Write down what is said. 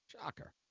shocker